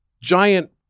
giant